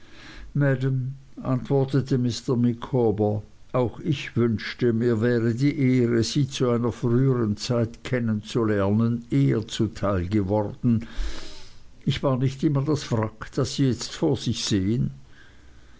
antwortete mr micawber auch ich wünschte mir wäre die ehre sie zu einer früheren zeit kennen zu lernen eher zuteil geworden ich war nicht immer das wrack das sie jetzt vor sich sehen